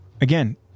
again